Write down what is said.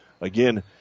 Again